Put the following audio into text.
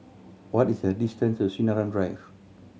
what is the distance to Sinaran Drive